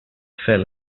fell